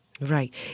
Right